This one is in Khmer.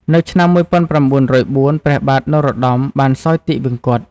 នៅឆ្នាំ ១៩០៤ ព្រះបាទនរោត្តមបានសោយទីវង្គត។